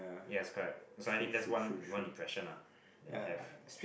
yes correct so I think that's one one impression lah that I have